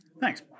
Thanks